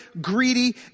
greedy